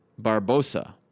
Barbosa